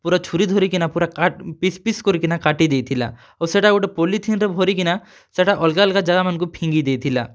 ପୂରା ଛୁରୀ ଧରିକିନା ପୂରା ପିସ୍ ପିସ୍ କରିକିନା କାଟି ଦେଇଥିଲା ଆଉ ସେଟା ଗୁଟେ ପଲିଥିନ୍ରେ ଭରିକିନା ସେଟା ଅଲ୍ଗା ଅଲ୍ଗା ଜାଗାମାନ୍କୁ ଫିଙ୍ଗି ଦେଇଥିଲା